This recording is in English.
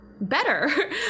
better